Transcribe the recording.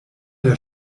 der